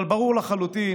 אבל ברור לחלוטין